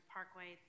Parkway